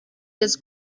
des